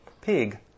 pig